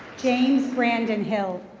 james brandon hill.